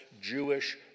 Jewish